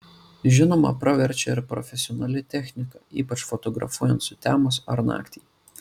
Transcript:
žinoma praverčia ir profesionali technika ypač fotografuojant sutemus ar naktį